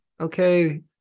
okay